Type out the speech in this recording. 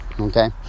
Okay